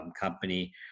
company